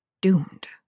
Doomed